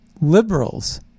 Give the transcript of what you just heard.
liberals